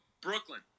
Brooklyn